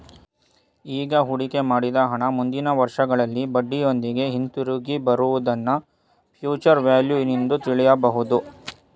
ಈಗ ಹೂಡಿಕೆ ಮಾಡಿದ ಹಣ ಮುಂದಿನ ವರ್ಷಗಳಲ್ಲಿ ಬಡ್ಡಿಯೊಂದಿಗೆ ಹಿಂದಿರುಗಿ ಬರುವುದನ್ನ ಫ್ಯೂಚರ್ ವ್ಯಾಲ್ಯೂ ನಿಂದು ತಿಳಿಯಬಹುದು